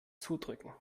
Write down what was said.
zudrücken